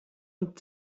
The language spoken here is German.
und